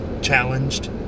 challenged